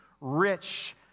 rich